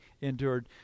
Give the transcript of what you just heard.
endured